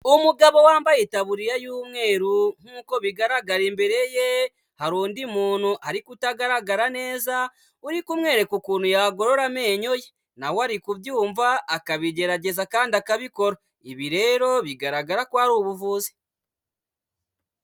Umugabo wambaye itaburiya y'umweru nk'uko bigaragara. Imbere ye hari undi muntu ariko utagaragara neza, uri kumwereka ukuntu yagorora amenyo ye. Nawe ari kubyumva akabigerageza kandi akabikora. Ibi rero, bigaragara ko ari ubuvuzi.